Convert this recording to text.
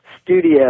studio